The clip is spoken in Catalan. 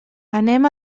anem